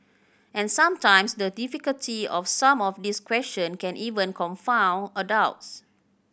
and sometimes the difficulty of some of these question can even confound adults